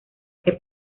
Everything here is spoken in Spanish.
que